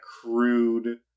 crude